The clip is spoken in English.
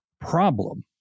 problem